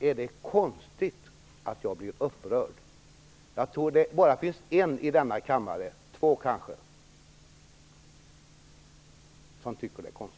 Är det alltså någonting konstigt att jag blir upprörd? Jag tror att det bara är en - möjligen två - i denna kammare som tycker det.